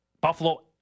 Buffalo